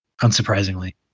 unsurprisingly